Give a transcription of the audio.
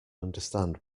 understand